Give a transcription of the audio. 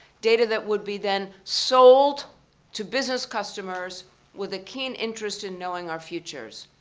data that would be then sold to business customers with a keen interest in knowing our futures.